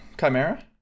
Chimera